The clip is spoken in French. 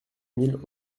mille